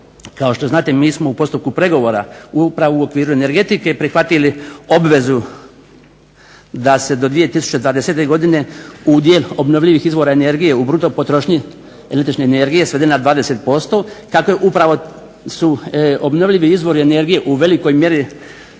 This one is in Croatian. kao što znate mi smo u postupku pregovora upravo u okviru energetike prihvatili obvezu da se do 2020. godine udio obnovljivih izvora energije u bruto potrošnji električne energije svede na 20%. Kako upravo su obnovljivi izvori energije u velikoj mjeri